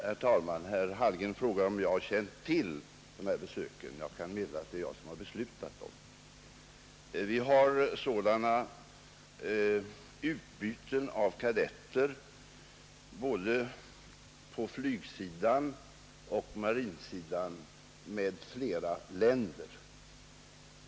Herr talman! Herr Hallgren frågade om jag kände till de här besöken. Jag kan meddela att det är jag som har beslutat dem. Vi har sådant utbyte av kadetter - både på flygsidan och på marinsidan — med flera länder.